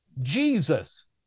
Jesus